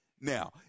Now